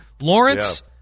Lawrence